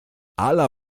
ala